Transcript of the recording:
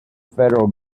federal